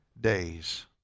days